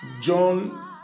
John